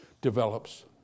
develops